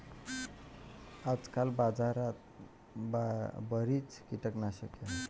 आजकाल बाजारात बरीच कीटकनाशके आहेत